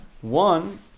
One